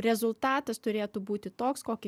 rezultatas turėtų būti toks kokį